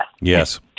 Yes